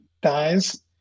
dies